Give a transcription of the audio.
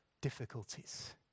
difficulties